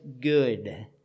good